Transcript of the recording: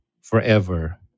forever